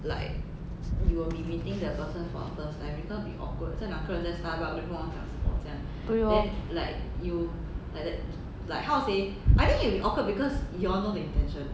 对 lor